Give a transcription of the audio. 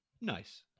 Nice